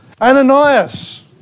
Ananias